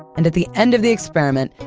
and at the end of the experiment,